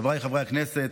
חבריי חברי הכנסת,